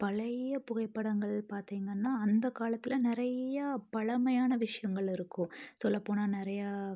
பழைய புகைப்படங்கள் பார்த்திங்கன்னா அந்த காலத்தில் நிறையா பழமையான விஷயங்கள் இருக்கும் சொல்லப்போனால் நிறையா